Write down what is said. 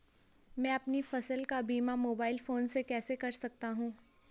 मैं अपनी फसल का बीमा मोबाइल फोन से कैसे कर सकता हूँ?